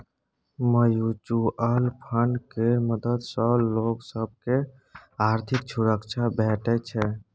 mutual fund केर मदद सँ लोक सब केँ आर्थिक सुरक्षा भेटै छै